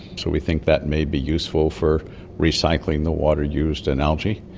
so we think that may be useful for recycling the water used in algae.